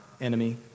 enemy